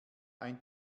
ein